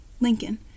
Lincoln